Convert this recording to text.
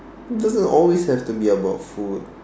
it doesn't always have to be about food